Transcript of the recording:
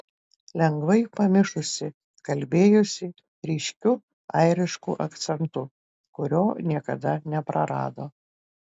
lengvai pamišusi kalbėjusi ryškiu airišku akcentu kurio niekada neprarado